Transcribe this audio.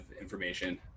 information